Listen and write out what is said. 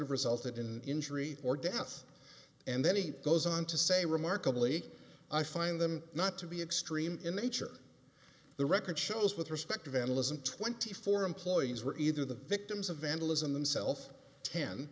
have resulted in injury or death and then he goes on to say remarkably i find them not to be extreme in the nature the record shows with respect to vandalism twenty four employees were either the victims of vandalism themself ten